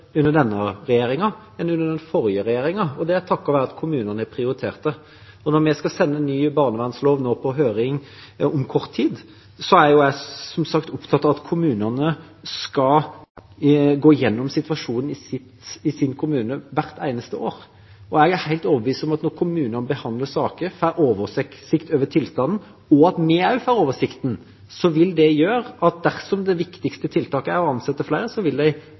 under denne regjeringa enn under den forrige regjeringa, og det er takket være at kommunene har prioritert det. Når vi om kort tid skal sende ny barnevernslov på høring, er jeg som sagt opptatt av at kommunene skal gå gjennom situasjonen i sin kommune hvert eneste år. Jeg er helt overbevist om at når kommunene behandler saker, får oversikt over tilstanden, og vi også får oversikten, vil det føre til at dersom det viktigste tiltaket er å ansette flere, vil de